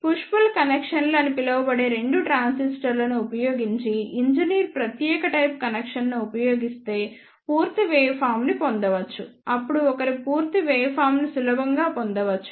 push pull కనెక్షన్లు అని పిలువబడే రెండు ట్రాన్సిస్టర్లను ఉపయోగించి ఇంజనీర్ ప్రత్యేక టైప్ కనెక్షన్ను ఉపయోగిస్తే పూర్తి వేవ్ ఫార్మ్ ని పొందవచ్చు అప్పుడు ఒకరు పూర్తి వేవ్ ఫార్మ్ ని సులభంగా పొందవచ్చు